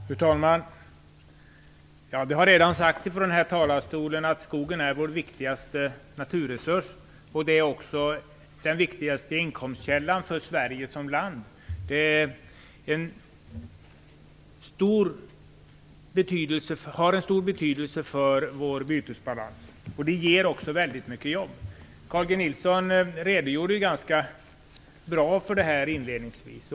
Fru talman! Det har redan sagts från denna talarstol att skogen är vår viktigaste naturresurs. Den är också den viktigaste inkomstkällan för Sverige som land. Den har en stor betydelse för vår bytesbalans. Den ger också väldigt många jobb. Carl G Nilsson redogjorde ganska bra för detta inledningsvis.